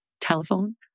telephone